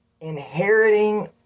inheriting